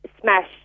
smash